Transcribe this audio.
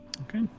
Okay